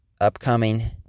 upcoming